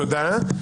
תודה.